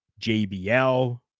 JBL